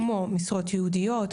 כמו משרות ייעודיות,